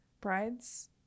brides